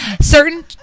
Certain